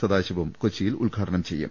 സദാശിവം കൊച്ചിയിൽ ഉദ്ഘാടനം ചെയ്യും